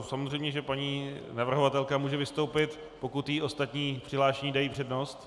Samozřejmě že paní navrhovatelka může vystoupit, pokud jí ostatní přihlášení dají přednost.